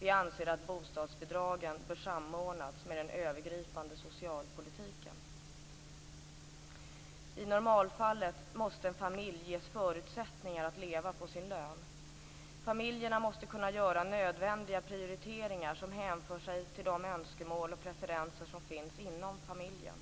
Vi anser att bostadsbidragen bör samordnas med den övergripande socialpolitiken. I normalfallet måste en familj ges förutsättningar att leva på sin lön. Familjerna måste kunna göra nödvändiga prioriteringar som hänför sig till de önskemål och preferenser som finns inom familjen.